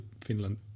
finland